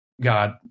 God